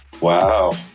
Wow